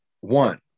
One